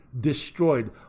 destroyed